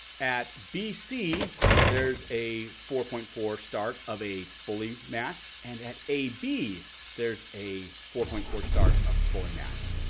at b c there's a four point four start of a fully matched and at a b there's a four point four start of a fully matched.